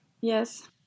Yes